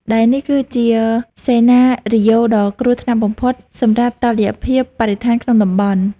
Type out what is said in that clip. ដែលនេះគឺជាសេណារីយ៉ូដ៏គ្រោះថ្នាក់បំផុតសម្រាប់តុល្យភាពបរិស្ថានក្នុងតំបន់។